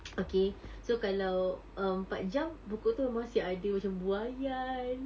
okay so kalau empat jam pokok tu masih macam ada buaian